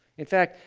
in fact,